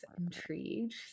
intrigued